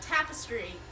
Tapestry